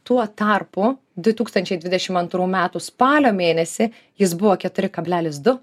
tuo tarpu du tūkstančiai dvidešim antrų metų spalio mėnesį jis buvo keturi kablelis du